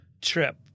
trip